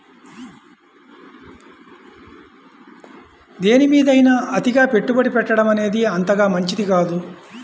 దేనిమీదైనా అతిగా పెట్టుబడి పెట్టడమనేది అంతగా మంచిది కాదు